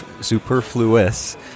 superfluous